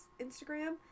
Instagram